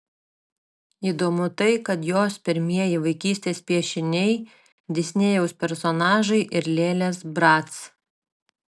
įdomu tai kad jos pirmieji vaikystės piešiniai disnėjaus personažai ir lėlės brac